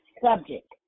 subject